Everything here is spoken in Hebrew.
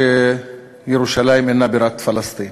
כשירושלים אינה בירת פלסטין,